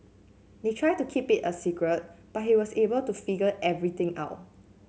they tried to keep it a secret but he was able to figure everything out